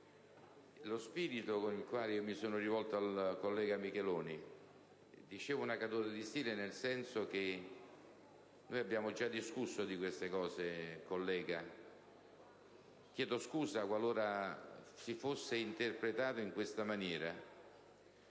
lo spirito con il quale mi sono rivolto al collega Micheloni. Ho parlato di una caduta di tono tile nel senso che abbiamo già discusso di tali questioni, collega. Chiedo scusa qualora si fosse interpretato in maniera